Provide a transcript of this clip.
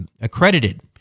accredited